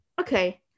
okay